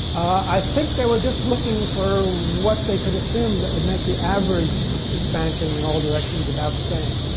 i think they were just looking for what they could assume that would make the average expansion in all directions about the